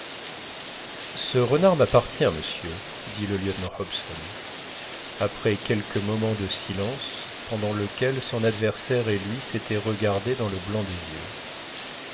ce renard m'appartient monsieur dit le lieutenant hobson après quelques moments de silence pendant lequel son adversaire et lui s'étaient regardés dans le blanc des yeux